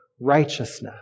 righteousness